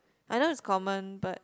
I know it's common but